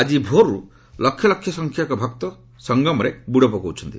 ଆଜି ଭୋର୍ଗ୍ର ଲକ୍ଷ ଲକ୍ଷ ସଂଖ୍ୟକ ଭକ୍ତ ସଂଗମରେ ବୁଡ଼ ପକାଉଛନ୍ତି